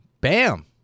Bam